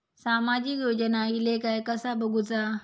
सामाजिक योजना इले काय कसा बघुचा?